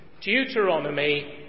Deuteronomy